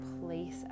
place